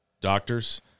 doctors